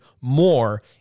more